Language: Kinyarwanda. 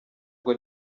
ngo